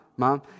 mom